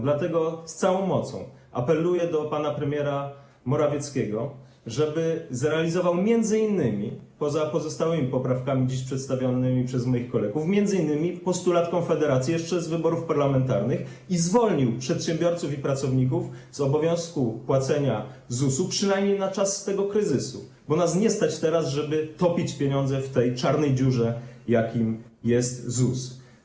Dlatego z całą mocą apeluję do pana premiera Morawieckiego, żeby zrealizował, poza pozostałymi poprawkami dziś przedstawionymi przez moich kolegów, m.in. postulat Konfederacji jeszcze z wyborów parlamentarnych i zwolnił przedsiębiorców i pracowników z obowiązku płacenia ZUS-u przynajmniej na czas tego kryzysu, bo nas nie stać teraz, żeby topić pieniądze w tej czarnej dziurze, jakim jest ZUS.